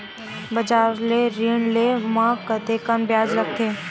बजार ले ऋण ले म कतेकन ब्याज लगथे?